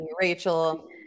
Rachel